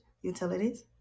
utilities